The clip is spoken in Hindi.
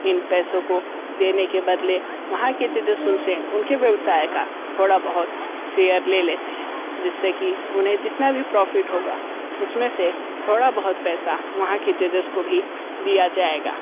इन पैसों को देने के बदले वहाँ के जजेस उनसे उनके व्यवसाय का थोड़ा बहुत शेयर ले लेते हैं जिससे की उन्हें जितना भी प्रॉफिट होगा उसमें से थोड़ा बहुत पैसा वहाँ के जजेस को भी दिया जाएगा